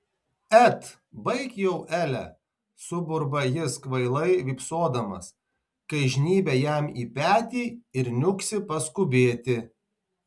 et baik jau ele suburba jis kvailai vypsodamas kai žnybia jam į petį ir niuksi paskubėti